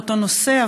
באותו נושא,